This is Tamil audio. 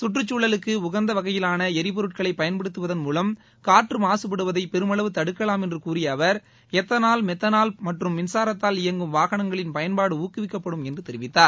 கற்றுச்சூழலுக்கு உகந்த வகையிவான எரிபொருட்களை பயன்படுத்துவதன் மூலம் காற்று மாசுபடுவதை பெருமளவு தடுக்கலாம் என்று கூறிய அவர் எத்தனால் மெத்தனால் மற்றும் மின்சாரத்தால் இயங்கும் வாகனங்களின் பயன்பாடு ஊக்குவிக்கப்படும் என்று தெரிவித்தார்